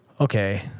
okay